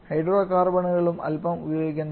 ഹൈഡ്രോകാർബണുകളും അൽപ്പം ഉപയോഗിക്കുന്നു